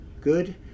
good